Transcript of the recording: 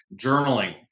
journaling